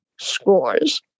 scores